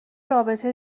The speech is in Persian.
رابطه